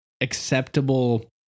acceptable